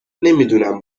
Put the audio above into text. نمیدونم